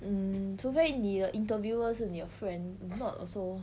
hmm 除非你的 interviewer 是你的 friend if not also